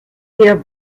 der